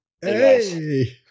Hey